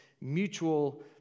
mutual